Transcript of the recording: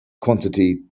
quantity